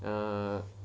err